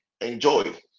enjoy